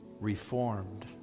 Reformed